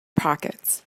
pockets